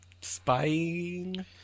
spying